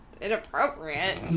Inappropriate